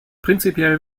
prinzipiell